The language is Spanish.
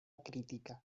crítica